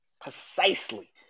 precisely